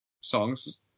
songs